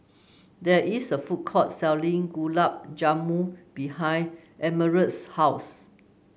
there is a food court selling Gulab Jamun behind Emerald's house